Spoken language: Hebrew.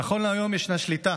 נכון להיום יש שליטה